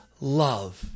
love